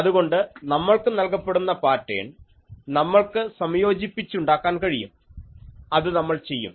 അതുകൊണ്ട് നമ്മൾക്ക് നൽകപ്പെടുന്ന പാറ്റേൺ നമ്മൾക്ക് സംയോജിപ്പിച്ചുണ്ടാക്കാൻ കഴിയും അത് നമ്മൾ ചെയ്യും